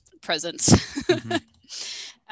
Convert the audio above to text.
presence